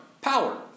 power